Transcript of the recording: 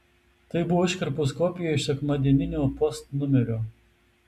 tai buvo iškarpos kopija iš sekmadieninio post numerio